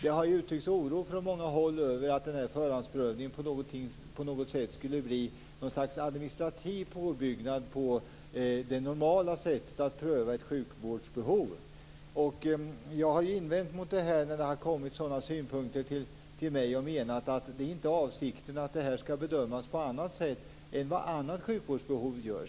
Det har uttryckts oro från många håll över att den här förhandsprövningen på något sätt skulle bli ett slags administrativ påbyggnad på det normala sättet att pröva ett sjukvårdsbehov. Jag har invänt mot det här när det har kommit sådana synpunkter till mig. Jag har menat att det inte är avsikten att det här skall bedömas på annat sätt än annat sjukvårdsbehov.